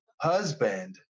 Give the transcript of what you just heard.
husband